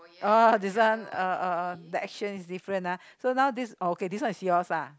oh this one uh uh the action is different ah so now this one oh okay this one is yours ah